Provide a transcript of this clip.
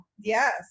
Yes